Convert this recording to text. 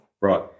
Right